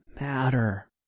matter